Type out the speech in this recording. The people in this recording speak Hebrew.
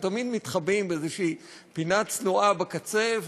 הם תמיד מתחבאים באיזו פינה צנועה בקצה.